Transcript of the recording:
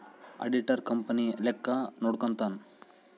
auditor company ಲೆಕ್ಕ ನೋಡ್ಕಂತಾನ್